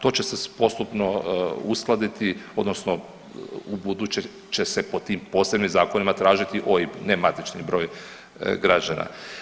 To se će se postupno uskladiti odnosno ubuduće će se po tim posebnim zakonima tražiti OIB ne matični broj građana.